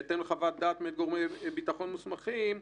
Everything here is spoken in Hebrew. בהתאם לחוות דעת מגורמי ביטחון מוסמכים,